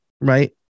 right